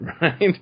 right